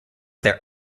their